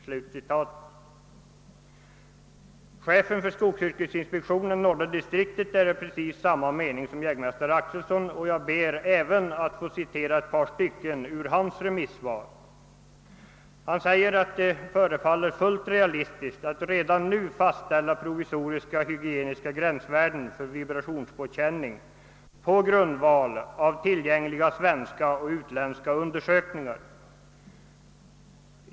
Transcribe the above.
Chefen för norra distriktet av skogsyrkesinspektionen är av exakt samma mening som civiljägmästare Axelsson, och jag ber att få återge ett par stycken ur hans remissvar. Det heter där följande: »Det förefaller fullt realistiskt att redan nu fastställa provisoriska hygieniska gränsvärden för vibrationspåkänning på grundval av tillgängliga svenska och utländska undersökningar.